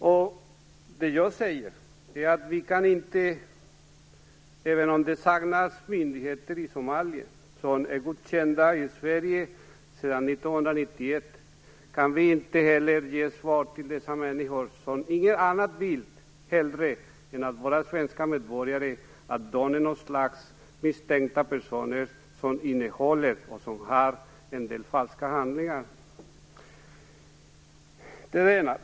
Vad jag säger är att vi, även om det sedan 1991 saknas myndigheter i Somalia som är godkända i Sverige, inte kan ge svaret till dessa människor, som inget hellre vill än bli svenska medborgare, att de på något sätt är misstänkta personer som innehåller och som har en del falska handlingar. Det är det ena.